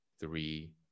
three